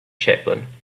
chaplin